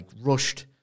rushed